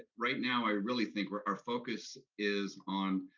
right now, i really think where our focus is on,